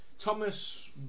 Thomas